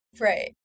Right